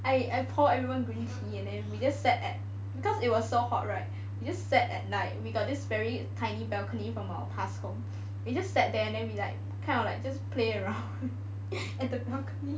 I I pour everyone green tea and then we just sat at because it was so hot right we just sat at night we got this very tiny balcony from our past home we just sat there and then we like kind of like just play around at the balcony